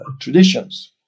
traditions